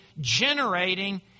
generating